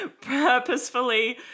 purposefully